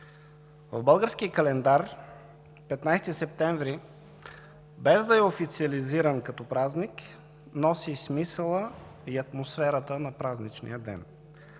В българския календар 15 септември, без да е официализиран като празник, носи смисъла и атмосферата на празничния ден,